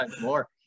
more